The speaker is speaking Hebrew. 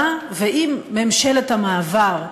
באה, ועם ממשלת המעבר,